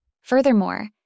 Furthermore